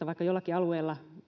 vaikka jollakin alueella